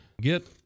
get